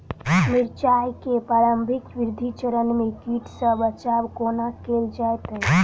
मिर्चाय केँ प्रारंभिक वृद्धि चरण मे कीट सँ बचाब कोना कैल जाइत अछि?